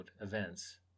events